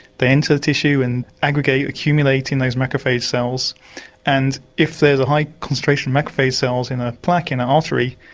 they enter the tissue and aggregate, accumulate in those macrophage cells and if there's a high concentration of macrophage cells in a plaque in the artery,